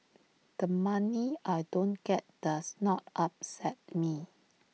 the money I don't get does not upset me